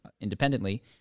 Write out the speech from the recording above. independently